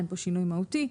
אין כאן שינוי מהותי.